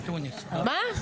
מה?